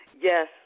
yes